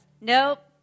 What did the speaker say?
Nope